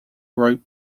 rope